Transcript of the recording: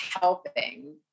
helping